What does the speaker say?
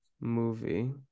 Movie